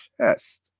chest